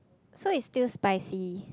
so is still spicy